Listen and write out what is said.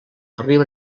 arriba